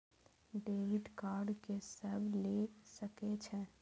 Debit card के सब ले सके छै?